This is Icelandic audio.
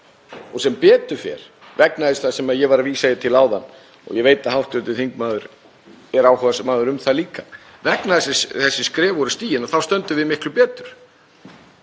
Og sem betur fer, vegna þess sem ég var að vísa til áðan, og ég veit að hv. þingmaður er áhugamaður um það líka, að þessi skref voru stigin og þá stöndum við miklu betur.